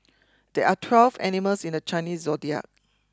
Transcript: there are twelve animals in the Chinese zodiac